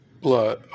blood